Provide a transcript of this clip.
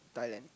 Thailand